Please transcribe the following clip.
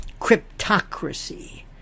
cryptocracy